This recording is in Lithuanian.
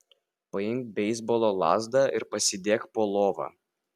paimk beisbolo lazdą ir pasidėk po lova